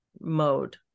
mode